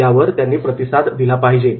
त्यावर त्यांनी प्रतिसाद दिला पाहिजे